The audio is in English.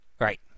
Right